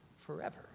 forever